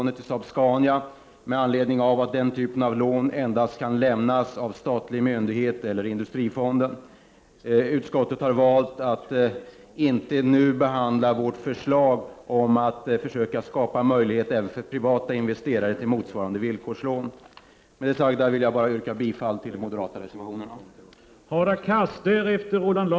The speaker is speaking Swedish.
1989/90:47 statlig myndighet eller industrifonden. Utskottet har valt att inte nu be 15 december 1989 handla vårt förslag om att försöka skapa möjlighet även för privata investe rare till motsvarande villkorslån. Civilt fl ygplansp fr Med det sagda vill jag yrka bifall till de moderata reservationerna. Å vid Saab-Scania